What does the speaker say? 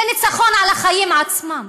זה ניצחון על החיים עצמם,